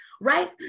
right